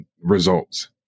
results